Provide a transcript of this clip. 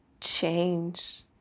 change